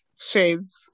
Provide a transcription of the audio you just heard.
shades